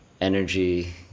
energy